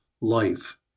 life